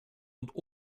und